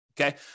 okay